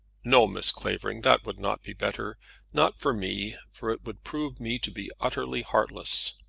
no, miss clavering that would not be better not for me for it would prove me to be utterly heartless.